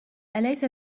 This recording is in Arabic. أليس